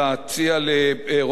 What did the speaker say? שהקשבתי לו קשב רב,